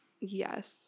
Yes